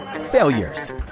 failures